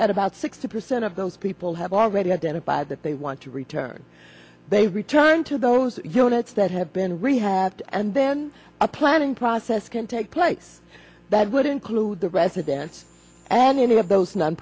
that about sixty percent of those people have already identified that they want to return they return to those units that have been rehabbed and then a planning process can take place that would include the residents and any of those non